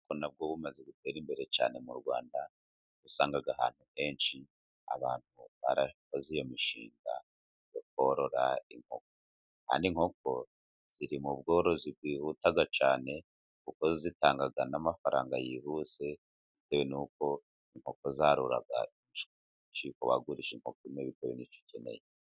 Ubworozi n'abwo bumaze gutera imbere cyane mu rwanda, usanga ahantu henshi abantu barakoze iyo mishinga bakorora inkoko, kandi inkoko ziri mu bworozi bwihuta cyane kuko zitanga n'amafaranga yihuse bitewe n'uko inkoko zaroraga wagurisha inkoko bitewe n'icyo ukeneye.